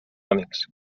amics